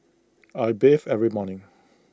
I bathe every morning